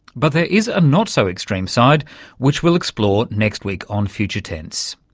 but there is a not-so-extreme side which we'll explore next week on future tense.